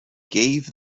gave